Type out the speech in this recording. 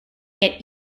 get